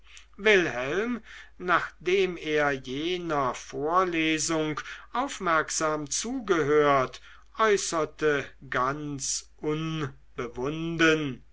wilhelm nachdem er jener vorlesung aufmerksam zugehört äußerte ganz unbewunden